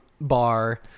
bar